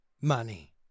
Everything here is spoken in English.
money